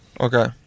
Okay